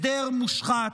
הסדר מושחת,